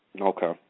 Okay